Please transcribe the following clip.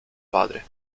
padre